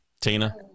Tina